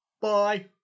Bye